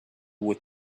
what